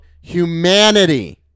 humanity